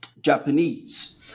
Japanese